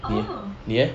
你 leh